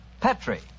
Petri